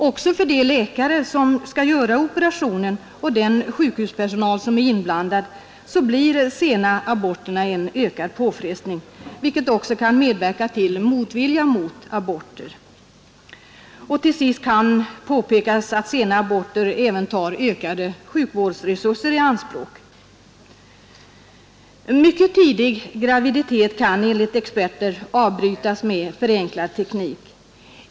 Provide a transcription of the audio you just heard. Även för de läkare som skall göra operationen och för den sjukpersonal som är inblandad blir sena aborter en ökad påfrestning, vilket också kan medverka till motvilja mot aborter. Slutligen kan väl påpekas att sena aborter även tar ökade sjukvårdsresurser i anspråk. Mycket tidig graviditet kan enligt experter avbrytas med förenklad teknik.